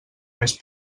més